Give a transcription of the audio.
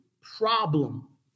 problem